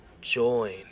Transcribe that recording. join